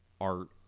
art